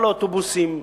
כל האוטובוסים,